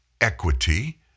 equity